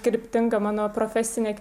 kryptinga mano profesinė